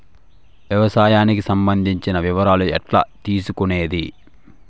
వ్యవసాయానికి సంబంధించిన వివరాలు ఎట్లా తెలుసుకొనేది?